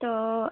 तो